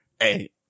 Hey